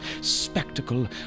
spectacle